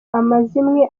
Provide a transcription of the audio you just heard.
amazimwe